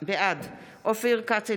בעד אופיר כץ,